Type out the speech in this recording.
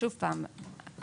שוב פעם,